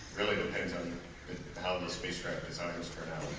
really depends on how the spacecraft designers turn out.